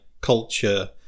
culture